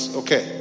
okay